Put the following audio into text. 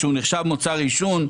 שהוא נחשב מוצר עישון,